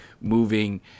moving